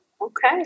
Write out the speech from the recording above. Okay